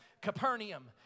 Capernaum